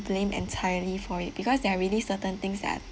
blamed entirely for it because there are really certain things that